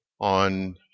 on